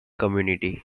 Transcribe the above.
community